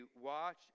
watch